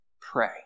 pray